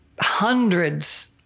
hundreds